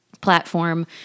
platform